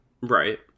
right